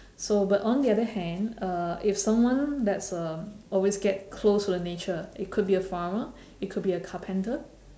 so but on the other hand uh if someone that's uh always get close to the nature it could be a farmer it could be a carpenter